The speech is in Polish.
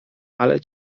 ale